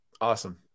Awesome